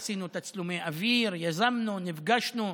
עשינו תצלומי אוויר, יזמנו, נפגשנו,